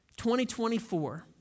2024